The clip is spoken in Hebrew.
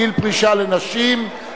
גיל פרישה לנשים),